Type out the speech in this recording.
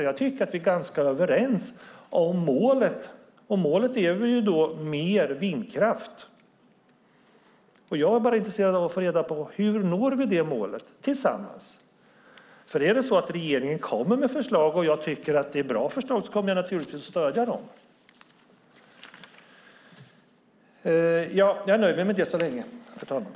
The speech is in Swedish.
Jag tycker att vi är ganska överens om målet, och målet är mer vindkraft. Jag är bara intresserad av att få reda på hur vi når det målet tillsammans. Är det så att regeringen kommer med förslag och jag tycker att det är bra förslag så kommer jag naturligtvis att stödja dem. Jag nöjer mig med det så länge, fru talman.